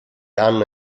anno